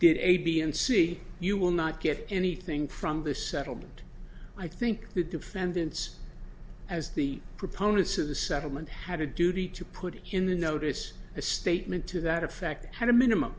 get a b and c you will not get anything from the settlement i think the defendants as the proponents of the settlement had a duty to put in the notice a statement to that effect had a minimum